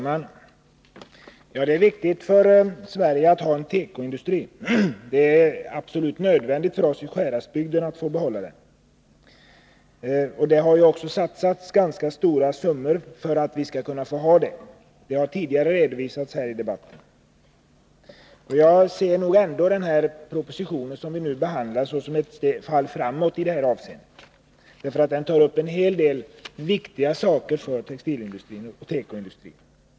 Herr talman! Det är viktigt att Sverige har en tekoindustri, och det är absolut nödvändigt för oss i Sjuhäradsbygden att vi får behålla densamma. Det har ju satsats ganska stora summor för att vi skall kunna behålla vår tekoindustri, vilket också har redovisats tidigare här i debatten. Jag ser nog den proposition som vi nu behandlar som ett steg framåt i det här avseendet. Där tas ju upp en hel del som är av vikt för textiloch tekoindustrin.